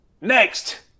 Next